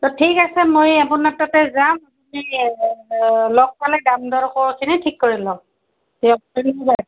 ত' ঠিক আছে মই আপোনাৰ তাতে যাম আপুনি লগ পালে দাম দৰ ঠিক কৰি লওক দিয়ক ধন্যবাদ